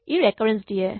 যি ৰেকাৰেঞ্চ দিয়ে